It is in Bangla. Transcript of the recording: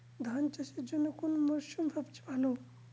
ধান চাষের জন্যে কোন মরশুম সবচেয়ে ভালো?